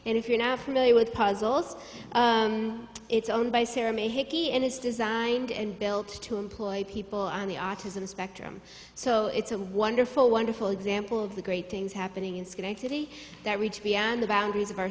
and if you're not familiar with puzzles it's owned by a hickey and it's designed and built to employ people on the autism spectrum so it's a wonderful wonderful example of the great things happening in schenectady that reach beyond the boundaries of our